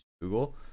google